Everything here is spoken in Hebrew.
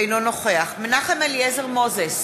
אינו נוכח מנחם אליעזר מוזס,